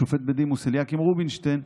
השופט בדימוס אליקים רובינשטיין,